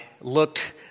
looked